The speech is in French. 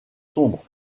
sombres